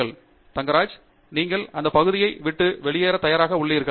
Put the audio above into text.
பேராசிரியர் ஆண்ட்ரூ தங்கராஜ் நீங்கள் அந்தப் பகுதியை விட்டு வெளியேற தயாராக உள்ளீர்கள்